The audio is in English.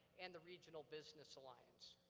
and the regional business alliance.